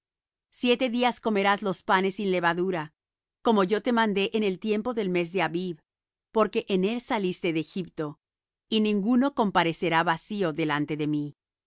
siete días comerás los panes sin levadura como yo te mandé en el tiempo del mes de abib porque en él saliste de egipto y ninguno comparecerá vacío delante de mí